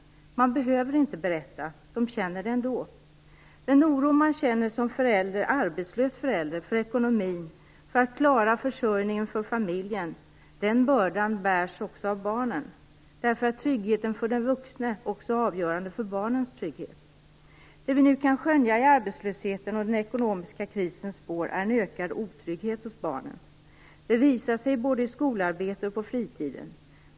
Man behöver inte berätta, de känner det ändå. Den oro man känner som arbetslös förälder för ekonomin och för att klara försörjningen av familjen blir också en börda för barnen. Tryggheten för den vuxne är också avgörande för barnens trygghet. Det vi nu kan skönja i arbetslöshetens och den ekonomiska krisens spår är en ökad otrygghet hos barnen. Det visar sig både i skolarbetet och på fritiden.